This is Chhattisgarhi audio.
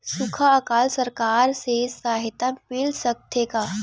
सुखा अकाल सरकार से सहायता मिल सकथे का?